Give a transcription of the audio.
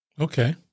Okay